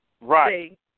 Right